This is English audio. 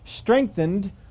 Strengthened